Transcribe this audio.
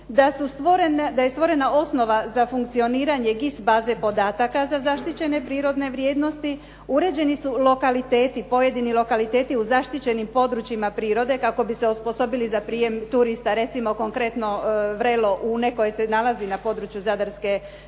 da je stvorena osnova za funkcioniranje GIS baze podataka za zaštićene prirodne vrijednosti. Uređeni su lokaliteti, pojedini lokaliteti u zaštićenim područjima prirode kako bi se osposobili za prijem turista. Recimo konkretno, Vrelo Une koje se nalazi na području Zadarske županije